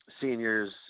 seniors